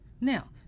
Now